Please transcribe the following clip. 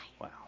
Wow